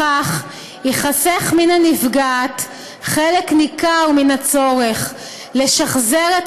בכך ייחסך מן הנפגעת חלק ניכר מן הצורך לשחזר את